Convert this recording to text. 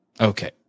Okay